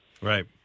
Right